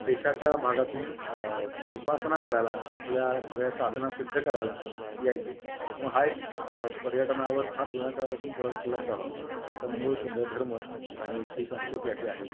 देशाच्या भागातून उपासना करायला आपल्या सगळ्या साधना सिद्ध करायला यायचे मुळं हा एक पर्यटनावर फार जुन्या काळपासून पडत असलेला प्रभाव की त्याचं मूळ केंद्र धर्म आणि इथली संस्कृती अशी आहे